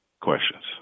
questions